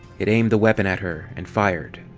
it aimed the weapon at her and fired.